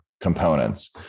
components